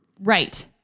Right